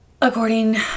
according